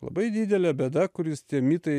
labai didelė bėda kur vis tie mitai